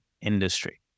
industry